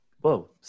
whoa